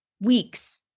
weeks